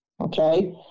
okay